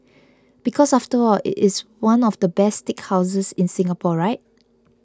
because after all it is one of the best steakhouses in Singapore right